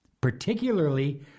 particularly